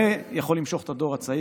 זה יכול למשוך את הדור הצעיר,